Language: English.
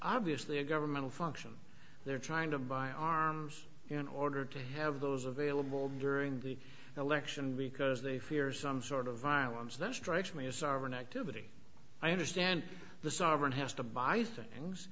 obviously a governmental function they're trying to buy arms in order to have those available during the election because they fear some sort of violence that strikes me as sovereign activity i understand the sovereign